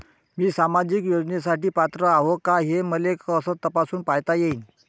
मी सामाजिक योजनेसाठी पात्र आहो का, हे मले कस तपासून पायता येईन?